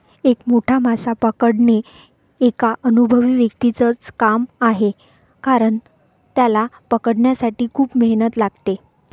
एक मोठा मासा पकडणे एका अनुभवी व्यक्तीच च काम आहे कारण, त्याला पकडण्यासाठी खूप मेहनत लागते